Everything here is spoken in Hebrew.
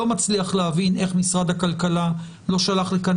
אני לא מצליח להבין איך משרד הכלכלה לא שלח לכאן